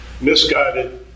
misguided